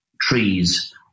trees